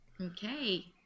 Okay